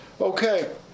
Okay